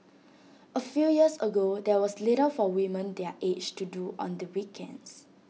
A few years ago there was little for women their age to do on the weekends